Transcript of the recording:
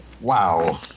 wow